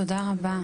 תודה רבה.